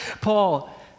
Paul